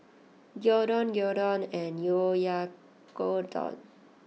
Gyudon Gyudon and Oyakodon